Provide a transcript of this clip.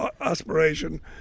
aspiration